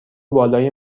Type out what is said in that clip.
بالای